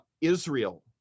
Israel